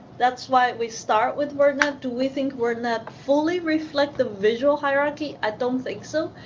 that's why we start with wordnet, do we think wordnet fully reflect the visual hierarchy? i don't think so.